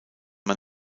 man